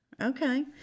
Okay